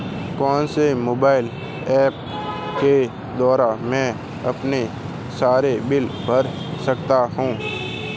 कौनसे mobile apps के द्वारा मैं अपने सारे बिल भर सकता हूं?